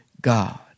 God